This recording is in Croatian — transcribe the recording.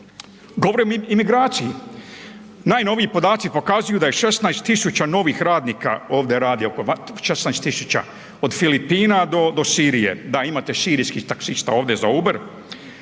Govorim o imigraciji, najnoviji podaci pokazuju da je 16 000 novih radnika ovdje radi …/Govornik se ne razumije/…16 000 od Filipina do Sirije, da imate sirijskih taksista ovdje za Uber,